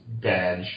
badge